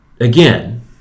again